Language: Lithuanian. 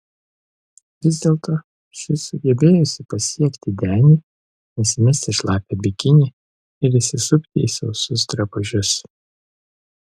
vis dėlto ši sugebėjusi pasiekti denį nusimesti šlapią bikinį ir įsisupti į sausus drabužius